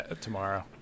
tomorrow